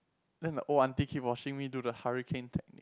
then the old auntie keep watching me do the hurricane technique